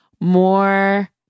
more